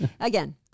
again